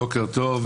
בוקר טוב,